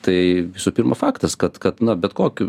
tai visų pirma faktas kad kad na bet kokiu